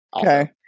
Okay